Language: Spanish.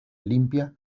limpia